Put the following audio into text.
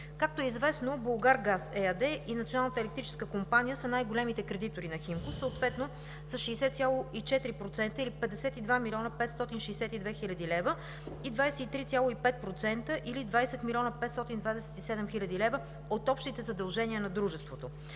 Както е известно, „Булгаргаз” ЕАД и Националната електрическа компания са най-големите кредитори на „Химко”, съответно с 60,4% или 52 млн. 562 хил. лв., и 23,5% или 20 млн. 527 хил. лв. от общите задължения на дружеството.